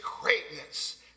greatness